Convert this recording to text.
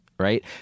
Right